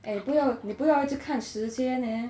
eh 不要你不要一直看时间 eh